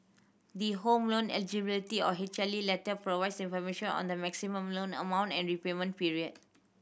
the Home Loan Eligibility or letter provides information on the maximum loan amount and repayment period